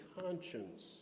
conscience